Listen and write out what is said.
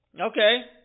Okay